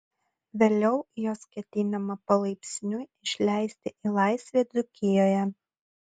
vėliau juos ketinama palaipsniui išleisti į laisvę dzūkijoje